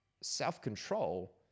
self-control